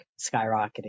skyrocketing